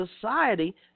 society